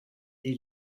des